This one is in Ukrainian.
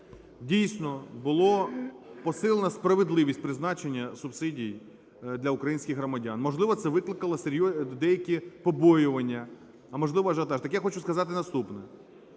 Дійсно було посилено справедливість призначення субсидій для українських громадян. Можливо, це викликало деякі побоювання, а можливо, ажіотаж. Так я хочу сказати наступне: